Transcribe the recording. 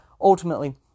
Ultimately